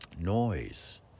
noise